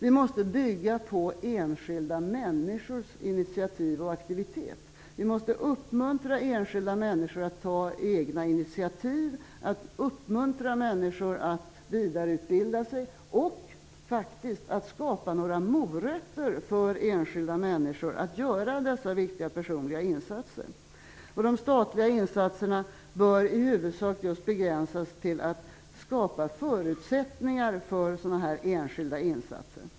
Vi måste bygga på enskilda människors initiativ och aktivitet. Vi måste uppmuntra enskilda människor att ta egna initiativ, uppmuntra människor att vidareutbilda sig och faktiskt skapa några morötter för enskilda människor att göra dessa viktiga personliga insatser. De statliga insatserna bör i huvudsak begränsas just till att skapa förutsättningar för sådana enskilda insatser.